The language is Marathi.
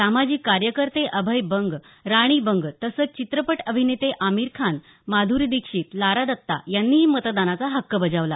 सामाजिक कार्यकर्ते अभय बंग राणी बंग तसंच चित्रपट अभिनेते आमीर खान माध्री दीक्षित लारा दत्ता यांनीही मतदानाचा हक्क बजावला